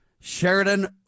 Sheridan